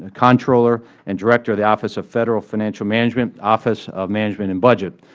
controller and director of the office of federal financial management, office of management and budget.